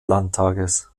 landtages